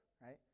right